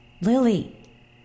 Lily